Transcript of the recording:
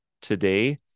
today